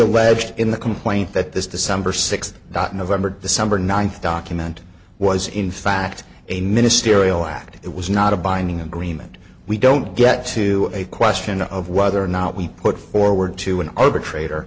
alleged in the complaint that this december sixth not november december ninth document was in fact a ministerial act it was not a binding agreement we don't get to a question of whether or not we put forward to an